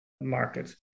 market